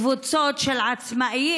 קבוצות של עצמאים.